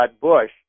Bush